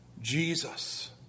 Jesus